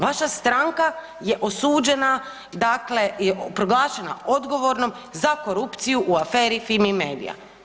Vaša stranka je osuđena dakle, proglašena odgovornom za korupciju u aferi Fimi Media.